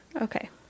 Okay